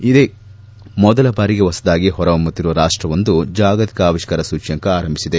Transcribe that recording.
ಇದೇ ಮೊದಲ ಬಾರಿಗೆ ಹೊಸದಾಗಿ ಹೊರ ಹೊಮ್ಮುತ್ತಿರುವ ರಾಷ್ಲವೊಂದು ಜಾಗತಿಕ ಆವಿಷ್ನಾರ ಸೂಚ್ನಂಕ ಆರಂಭಿಸಿದೆ